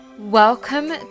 Welcome